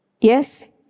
Yes